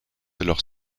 alors